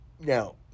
Now